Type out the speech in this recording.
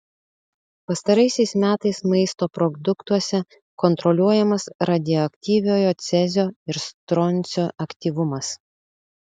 pastaraisiais metais maisto produktuose kontroliuojamas radioaktyviojo cezio ir stroncio aktyvumas